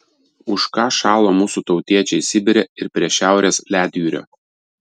už ką šalo mūsų tautiečiai sibire ir prie šiaurės ledjūrio